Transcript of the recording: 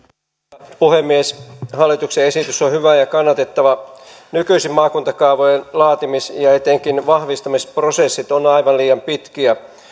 arvoisa puhemies hallituksen esitys on hyvä ja kannatettava nykyisin maakuntakaavojen laatimis ja etenkin vahvistamisprosessit ovat aivan liian pitkiä